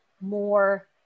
more